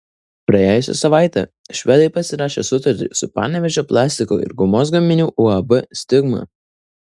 praėjusią savaitę švedai pasirašė sutartį su panevėžio plastiko ir gumos gaminių uab stigma